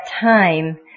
time